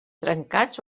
trencats